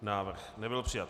Návrh nebyl přijat.